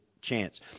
chance